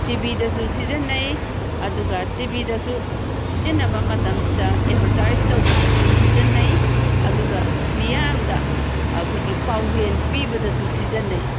T ꯚꯤꯗꯁꯨ ꯁꯤꯖꯟꯅꯩ ꯑꯗꯨꯒ ꯇꯤ ꯚꯤꯗꯁꯨ ꯁꯤꯖꯤꯟꯅꯕ ꯃꯇꯝꯁꯤꯗ ꯑꯦꯕꯔꯇꯥꯏꯁ ꯇꯧꯕꯗꯁꯨ ꯁꯤꯖꯟꯅꯩ ꯑꯗꯨꯒ ꯃꯤꯌꯥꯝꯗ ꯑꯩꯈꯣꯏꯒꯤ ꯄꯥꯎꯖꯦꯟ ꯄꯤꯕꯗꯁꯨ ꯁꯤꯖꯟꯅꯩ